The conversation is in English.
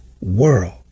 world